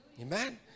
Amen